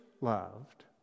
loved